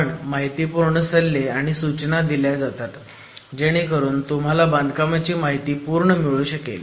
पण महितीपूर्ण सल्ले आणि सूचना दिल्या जातात जेणेकरून तुम्हाला बांधकामाची माहिती पूर्ण मिळू शकेल